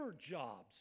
jobs